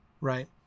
right